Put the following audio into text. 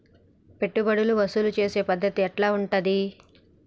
పెట్టుబడులు వసూలు చేసే పద్ధతి ఎట్లా ఉంటది?